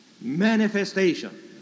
Manifestation